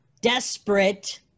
desperate